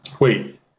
Wait